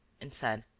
and said